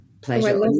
pleasure